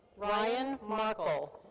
ryan mearkle.